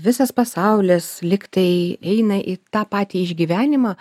visas pasaulis lyg tai eina į tą patį išgyvenimą